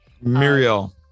Muriel